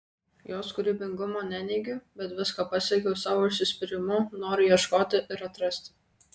jos kūrybingumo neneigiu bet viską pasiekiau savo užsispyrimu noru ieškoti ir atrasti